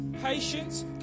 patience